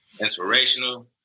inspirational